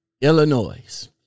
Illinois